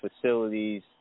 facilities